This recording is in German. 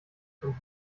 von